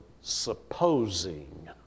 supposing